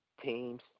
teams